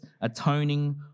atoning